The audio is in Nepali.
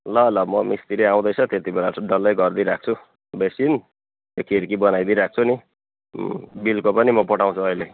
ल ल म मिस्त्री आउँदैछ त्यति बेला चाहिँ डल्लै गरिदिई राख्छु बेसिन त्यो खिडकी बनाइदिई राख्छु नि बिलको पनि म पठाउँछु अहिले